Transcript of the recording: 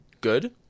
good